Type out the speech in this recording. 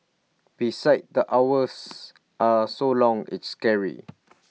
besides the hours are so long it's scary